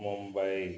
Mumbai